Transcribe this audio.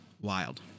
wild